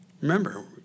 Remember